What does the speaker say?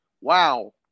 wow